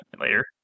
later